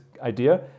idea